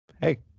hey